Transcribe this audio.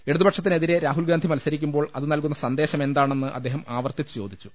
ഇടതു പക്ഷത്തിനെതിരെ രാഹുൽഗാന്ധി മത്സരിക്കുമ്പോൾ അത് നല്കുന്ന സന്ദേശമെന്താണെന്ന് അദ്ദേഹം ആവർത്തിച്ച് ചോദിച്ചു